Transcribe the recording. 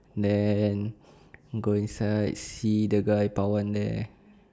then go inside see the guy pawan there